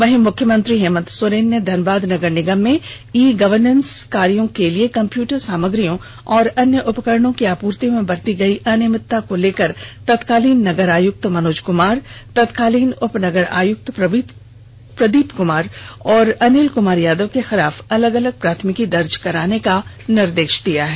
वहीं मुख्यमंत्री हेमन्त सोरेन ने धनबाद नगर निगम में ई गवर्नेस कार्यों हेतु कंप्यूटर सामग्रियों और अन्य उपकरणों की आपूर्ति में बरती गई अनियमितता को लेकर तत्कालीन नगर आयुक्त मनोज कमार तत्कालीन उप नगर आयुक्त प्रदीप कमार प्रसाद और अनिल क्मार यादव के खिलाफ अलग अलग प्राथमिकी दर्ज करने का निर्देश दिया है